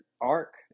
arc